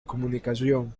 comunicación